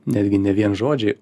netgi ne vien žodžiai